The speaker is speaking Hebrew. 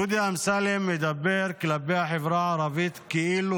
דודי אמסלם מדבר כלפי החברה הערבית כאילו